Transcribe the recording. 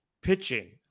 pitching